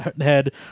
head